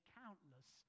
countless